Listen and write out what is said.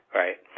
right